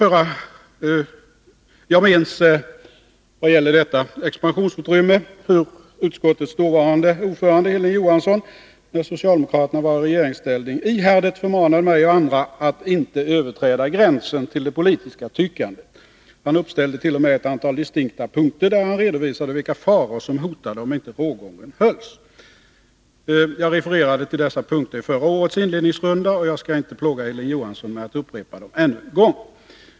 Jag minns vad det gäller detta expansionsutrymme hur utskottets dåvarande ordförande, Hilding Johansson, när socialdemokraterna var i regeringsställning ihärdigt förmanade mig och andra att inte överträda gränsen till det politiska tyckandet. Han uppställde tt.o.m. ett antal distinkta punkter där han redovisade vilka faror som hotade om inte rågången hölls. Jag refererade till dessa punkter i förra årets inledningsrunda, och jag skall inte plåga Hilding Johansson med att upprepa dem ännu en gång.